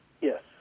Yes